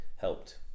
helped